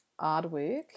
artwork